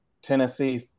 Tennessee